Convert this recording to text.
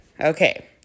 Okay